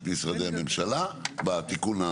את משרדי הממשלה בתיקון,